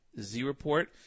Z-Report